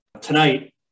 tonight –